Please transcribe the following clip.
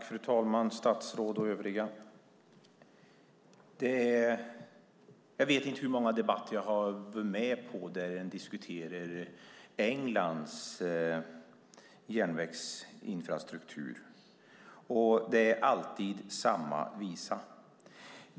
Fru talman! Jag vet inte hur många debatter jag har varit med om där man diskuterar Englands järnvägsinfrastruktur. Det är alltid samma visa.